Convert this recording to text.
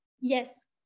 Yes